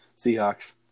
Seahawks